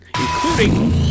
including